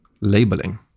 labeling